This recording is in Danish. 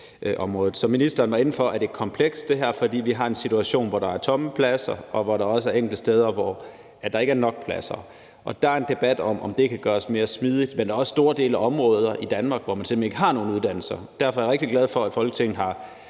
Som ministeren var inde på, er det her komplekst, fordi vi har en situation, hvor der er tomme pladser, og hvor der også er enkelte steder, hvor der ikke er nok pladser, og der er en debat om, om det kan gøres mere smidigt. Men der er også store dele af områder i Danmark, hvor man simpelt hen ikke har nogle it-uddannelser, og derfor er jeg rigtig glad for, at Folketinget har